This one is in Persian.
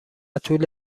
طول